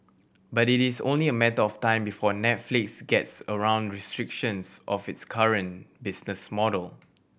but it is only a matter of time before Netflix gets around restrictions of its current business model